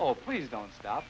oh please don't stop